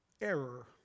error